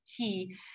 key